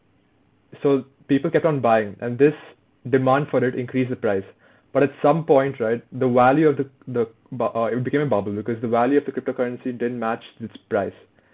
so people kept on buying and this demand for it increased the price but at some point right the value of the the bu~ uh it became a bubble because the value of the cryptocurrency didn't match its price